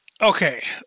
okay